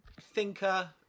Thinker